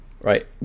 Right